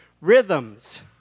rhythms